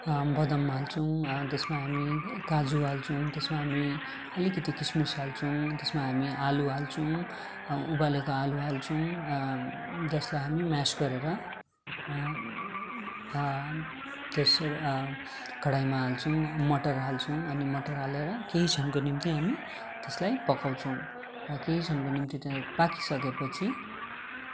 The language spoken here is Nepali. बदाम हाल्छौँ त्यसमा हामी काजु हाल्छौँ त्यसमा हामी अलिकति किसमिस हाल्छौँ त्यसमा हामी आलु हाल्छौँ उबालेको आलु हाल्छौँ जसलाई मेस गरेर त्यस कराहीमा हाल्छौँ मटर हाल्छौँ अनि मटर हालेर केही क्षणको निम्ति हामी त्यसलाई पकाउँछौँ र केही क्षणको निम्ति त्यो पाकी सकेपछि